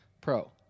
Pro